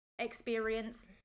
experience